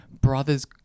brother's